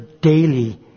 daily